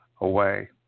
away